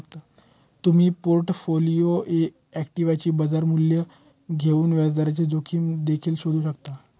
तुम्ही पोर्टफोलिओ इक्विटीचे बाजार मूल्य घेऊन व्याजदराची जोखीम देखील शोधू शकता